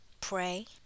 Pray